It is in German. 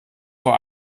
vor